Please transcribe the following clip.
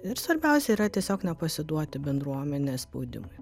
ir svarbiausia yra tiesiog nepasiduoti bendruomenės spaudimui